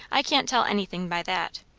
i can't tell anything by that.